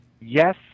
Yes